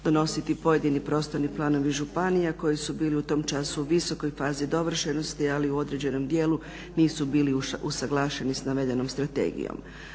donositi pojedini prostorni planovi županija koji su bili u tom času u visokoj fazi dovršenosti ali u određenom dijelu nisu bili usuglašeni sa navedenom strategijom.